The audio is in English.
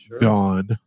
gone